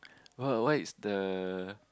oh what is the